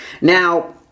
now